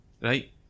right